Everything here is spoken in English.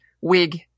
wig